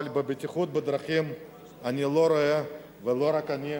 אבל בבטיחות בדרכים אני לא רואה, ולא רק אני,